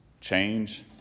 change